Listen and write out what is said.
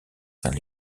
saint